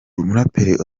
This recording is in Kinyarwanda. umuraperi